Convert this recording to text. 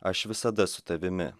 aš visada su tavimi